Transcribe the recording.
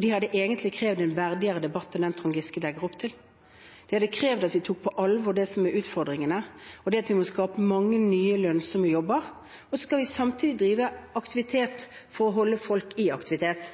Det hadde egentlig krevet en mer verdig debatt enn den Trond Giske legger opp til. Det hadde krevet at vi tok på alvor det som er utfordringene, og det er at vi må skape mange nye, lønnsomme jobber, og så skal vi samtidig drive aktivitet